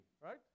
Right